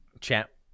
chat